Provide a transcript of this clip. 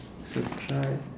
should try